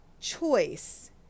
choice